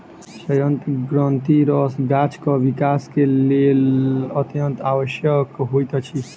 सयंत्र ग्रंथिरस गाछक विकास के लेल अत्यंत आवश्यक होइत अछि